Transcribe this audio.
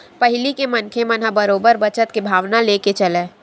पहिली के मनखे मन ह बरोबर बचत के भावना लेके चलय